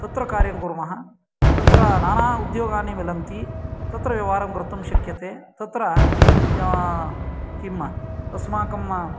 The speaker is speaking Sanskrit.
तत्र कार्यं कुर्मः तत्र नाना उद्योगानि मिलन्ति तत्र व्यवहारं कर्तुं शक्यते तत्र किम् अस्माकम्